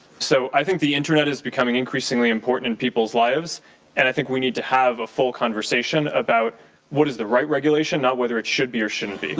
so, i think the internet is becoming increasingly important in people's lives and i think we need to have a full conversation about what is the right regulation not whether it should be or shouldn't be.